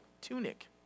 tunic